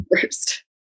first